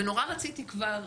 ומאוד רציתי כבר,